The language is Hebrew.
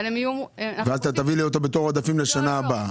את תביאי אותו כעודפים לשנה הבאה.